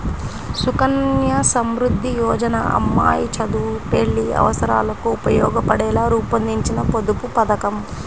సుకన్య సమృద్ధి యోజన అమ్మాయి చదువు, పెళ్లి అవసరాలకు ఉపయోగపడేలా రూపొందించిన పొదుపు పథకం